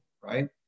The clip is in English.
right